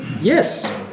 yes